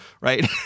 right